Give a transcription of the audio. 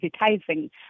advertising